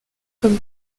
comme